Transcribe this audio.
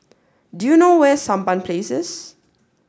do you know where is Sampan Places